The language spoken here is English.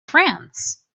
friends